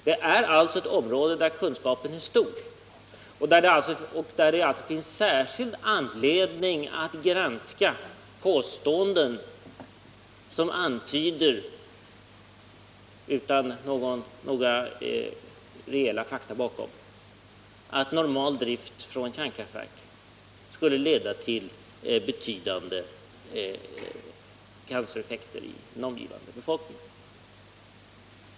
Det är alltså ett område där kunskapen är stor och där det finns särkild anledning att granska påståenden som antyder — utan några rejäla fakta bakom — att normal drift av kärnkraftverk skulle leda till betydande cancereffekter bland den omgivande befolkningen.